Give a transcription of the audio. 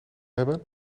hebben